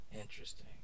interesting